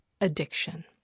addiction